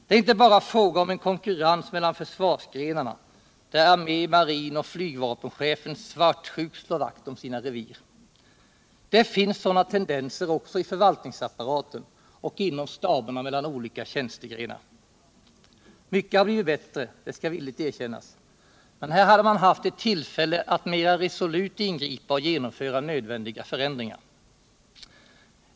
Det är inte bara fråga om en konkurrens mellan försvarsgrenarna, där armé-, marinoch flygvapencheferna svartsjukt slår vakt om sina revir. Det finns sådana tendenser också i förvaltningsapparaten och inom staberna mellan olika tjänstegrenar. Mycket har blivit bättre, det skall villigt erkännas, men här hade man haft ett tillfälle att mera resolut ingripa och genomföra nödvändiga förändringar.